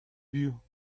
view